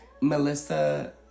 Melissa